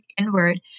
inward